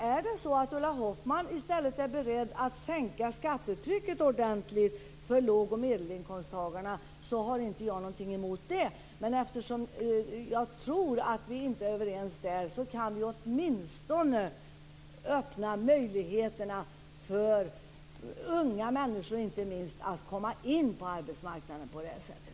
Är det så att Ulla Hoffmann i stället är beredd att sänka skattetrycket ordentligt för låg och medelinkomsttagarna, så har jag inget emot det. Men eftersom jag tror att vi inte är överens på den punkten så kan vi väl åtminstone öppna möjligheterna för inte minst unga människor att komma in på arbetsmarknaden på det här sättet?